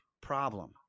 problem